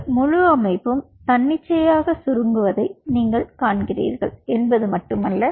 இந்த முழு அமைப்பும் தன்னிச்சையாக சுருங்குவதை நீங்கள் காண்கிறீர்கள் என்பது மட்டுமல்ல